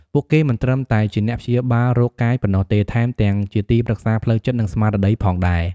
ពួកគេមិនត្រឹមតែជាអ្នកព្យាបាលរោគកាយប៉ុណ្ណោះទេ ថែមទាំងជាទីប្រឹក្សាផ្លូវចិត្ត និងស្មារតីផងដែរ។